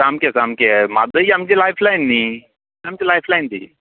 सामकें सामकें हय म्हादय ही आमची लायफ लायन न्हय आमची लायफ लायन ती